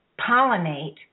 pollinate